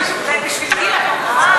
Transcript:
ובשביל גילה, כמובן,